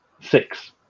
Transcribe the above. six